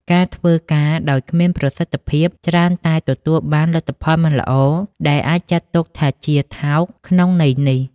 ការធ្វើការដោយគ្មានប្រសិទ្ធភាព ច្រើនតែទទួលបានលទ្ធផលមិនល្អ ដែលអាចចាត់ទុកថាជា "ថោក" ក្នុងន័យនេះ។